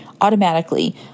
automatically